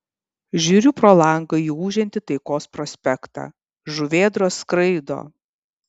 žiūriu pro langą į ūžiantį taikos prospektą žuvėdros skraido